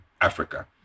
Africa